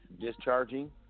Discharging